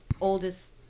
oldest